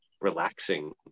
relaxing